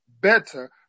better